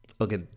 Okay